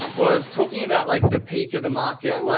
was talking about like the peak of the market. like